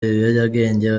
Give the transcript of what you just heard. ibiyobyabwenge